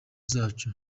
zacu